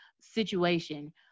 situation